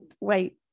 wait